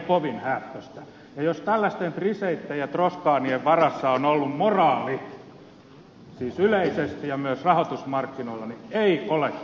ja jos tällaisten trichetien ja strausskahnien varassa on ollut moraali siis yleisesti ja myös rahoitusmarkkinoilla niin ei ole kehumista